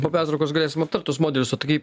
po pertraukos galėsim aptart tuos modelius o tai kaip